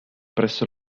presso